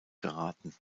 geraten